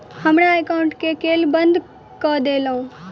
हमरा एकाउंट केँ केल बंद कऽ देलु?